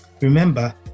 Remember